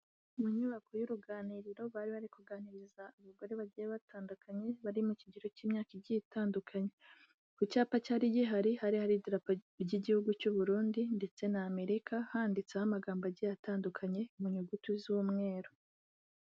Mu nyubako y'uruganiriro bari bari kuganiriza abagore bagiye batandukanye bari mu kigero cy'imyaka igiye itandukanye, ku cyapa cyari gihari hari hari idarapo by'igihugu cy'u Burundi ndetse n'Amerika, handitseho amagambo agiye atandukanye mu nyuguti z'umweru.